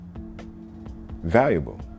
valuable